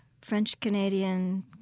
French-Canadian